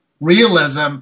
realism